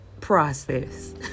process